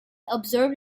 observed